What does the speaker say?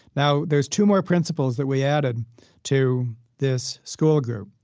now there's two more principles that we added to this school group.